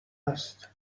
است